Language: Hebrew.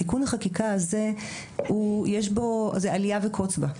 תיקון החקיקה הזה הוא אליה וקוץ בה.